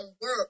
work